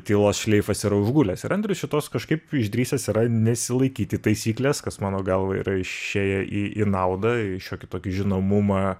tylos šleifas yra užgulęs ir andrius šitos kažkaip išdrįsęs yra nesilaikyti taisyklės kas mano galva yra išėję į į naudą į šiokį tokį žinomumą